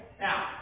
Now